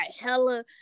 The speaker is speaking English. hella